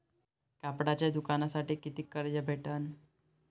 कापडाच्या दुकानासाठी कितीक कर्ज भेटन?